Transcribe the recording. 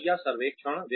रवैया सर्वेक्षण